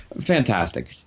fantastic